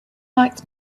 likes